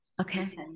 Okay